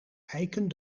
eiken